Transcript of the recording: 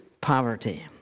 poverty